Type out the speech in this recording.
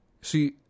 See